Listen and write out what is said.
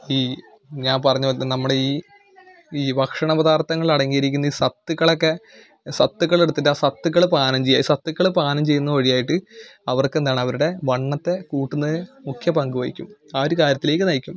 ഈ ഞാൻ പറഞ്ഞ് വന്നത് നമ്മുടെ ഈ ഈ ഭക്ഷണപദാർത്ഥങ്ങളിൽ അടങ്ങിയിരിക്കുന്ന ഈ സത്തുക്കൾ ഒക്കെ സത്തുക്കൾ എടുത്തിട്ട് ആ സത്തുക്കൾ പാനം ചെയ്യുക ഈ സത്തുക്കൾ പാനം ചെയ്യുന്നത് വഴിയായിട്ട് അവർക്കെന്താണ് അവരുടെ വണ്ണത്തെ കൂട്ടുന്ന മുഖ്യ പങ്ക് വഹിക്കും ആ ഒരു കാര്യത്തിലേക്ക് നയിക്കും